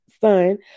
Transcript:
son